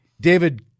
David